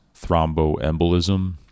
thromboembolism